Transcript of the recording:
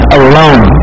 alone